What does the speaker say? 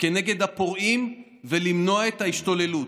נגד הפורעים ולמנוע את ההשתוללות.